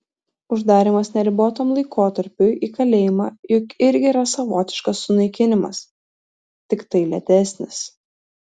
uždarymas neribotam laikotarpiui į kalėjimą juk irgi yra savotiškas sunaikinimas tiktai lėtesnis